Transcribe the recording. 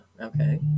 okay